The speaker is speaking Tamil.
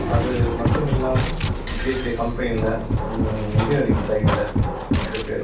அது மட்டும் இல்லாமல் பெரிய பெரிய கம்பெனியில் இன்ஜினீயரிங் சைடில் இருக்குது